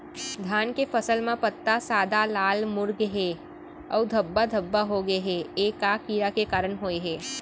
धान के फसल म पत्ता सादा, लाल, मुड़ गे हे अऊ धब्बा धब्बा होगे हे, ए का कीड़ा के कारण होय हे?